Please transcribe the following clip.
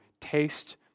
taste